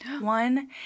one